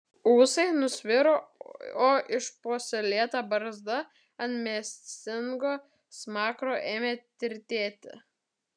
ūsai nusviro o išpuoselėta barzda ant mėsingo smakro ėmė tirtėti